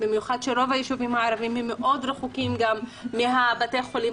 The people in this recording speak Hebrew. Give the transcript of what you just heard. במיוחד שרוב הישובים הערביים מאוד רחוקים מבתי החולים,